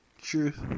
Truth